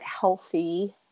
healthy